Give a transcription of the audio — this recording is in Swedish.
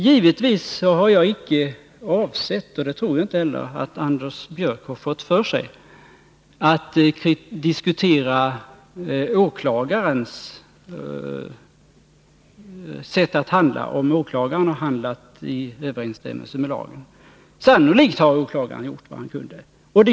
Givetvis har jag icke avsett — och det tror jag inte heller att Anders Björck har fått för sig — att diskutera åklagarens sätt att handla och om detta har skett i överensstämmelse med lagen. Sannolikt har åklagaren gjort vad han kunde.